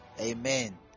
amen